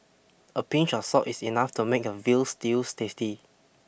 a pinch of salt is enough to make a veal stews tasty